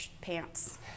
pants